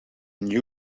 new